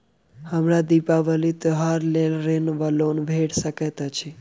हमरा दिपावली त्योहारक लेल ऋण वा लोन भेट सकैत अछि?